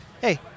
hey